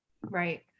Right